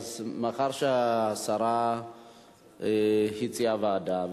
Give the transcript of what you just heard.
מאחר שהשרה הציעה ועדה,